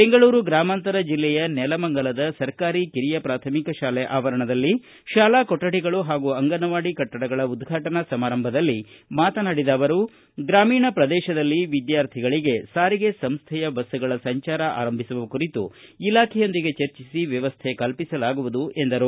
ಬೆಂಗಳೂರು ಗ್ರಾಮಾಂತರ ಜೆಲ್ಲೆಯ ನೆಲಮಂಗಲ ನಗರದ ಸರ್ಕಾರಿ ಕಿರಿಯ ಪ್ರಾಥಮಿಕ ಶಾಲೆ ಆವರಣದಲ್ಲಿ ಶಾಲಾ ಕೊಠಡಿಗಳು ಹಾಗೂ ಅಂಗನವಾಡಿ ಕಟ್ಟಡಗಳ ಉದ್ವಾಟನಾ ಸಮಾರಂಭದಲ್ಲಿ ಮಾತನಾಡಿದ ಅವರು ಗ್ರಾಮೀಣ ಪ್ರದೇಶದಲ್ಲಿ ವಿದ್ಯಾರ್ಥಿಗಳಗೆ ಸಾರಿಗೆ ಸಂಸ್ಥೆಯ ಬಸ್ಗಳ ಸಂಚಾರ ಆರಂಭಿಸುವ ಕುರಿತು ಇಲಾಖೆಯೊಂದಿಗೆ ಚರ್ಚಿಸಿ ವ್ಯವಸ್ಠೆ ಕಲ್ಪಿಸಲಾಗುವುದು ಎಂದರು